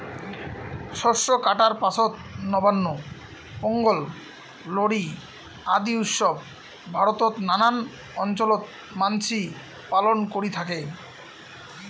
শস্য কাটার পাছত নবান্ন, পোঙ্গল, লোরী আদি উৎসব ভারতত নানান অঞ্চলত মানসি পালন করি থাকং